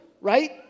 right